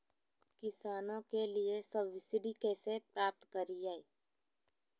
किसानों के लिए सब्सिडी कैसे प्राप्त करिये?